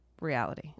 Reality